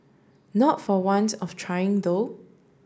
not for want of trying though